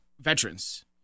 veterans